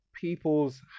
people's